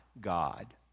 God